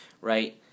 right